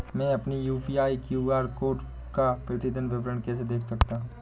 मैं अपनी UPI QR code का प्रतीदीन विवरण कैसे देख सकता हूँ?